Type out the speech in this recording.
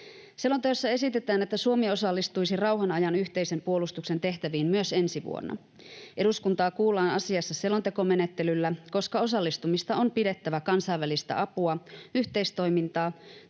Selonteossa esitetään, että Suomi osallistuisi rauhan ajan yhteisen puolustuksen tehtäviin myös ensi vuonna. Eduskuntaa kuullaan asiassa selontekomenettelyllä, koska osallistumista on pidettävä kansainvälistä apua, yhteistoimintaa